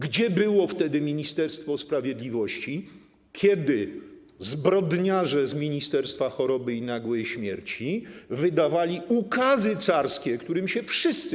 Gdzie było wtedy Ministerstwo Sprawiedliwości, kiedy zbrodniarze z ministerstwa choroby i nagłej śmierci wydawali ukazy carskie, którym się wszyscy.